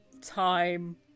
time